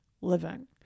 living